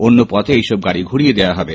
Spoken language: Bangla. অন্য পথে এইসব গাড়ি ঘুরিয়ে দেওয়া হবে